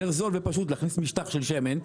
יותר זול ופשוט להכניס משטח של שמן,